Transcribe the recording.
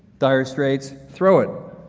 dire straits? throw it!